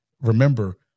Remember